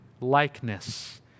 likeness